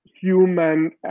human